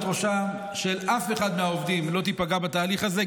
ראשם של אף אחד מהעובדים לא תיפגע בתהליך הזה,